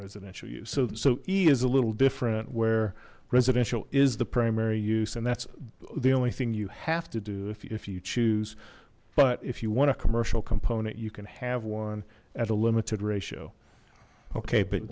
residential use so e is a little different where residential is the primary use and that's the only thing you have to do if you choose but if you want a commercial component you can have one at a limited ratio okay but